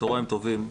צהריים טובים.